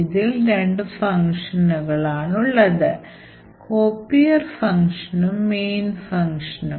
ഇതിൽ രണ്ടു ഫങ്ഷനുകൾ ആണുള്ളത് copier ഫംഗ്ഷനും main ഫംഗ്ഷനും